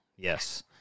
Yes